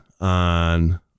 on